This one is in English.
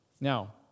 Now